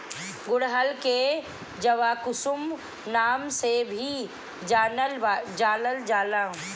गुड़हल के जवाकुसुम नाम से भी जानल जाला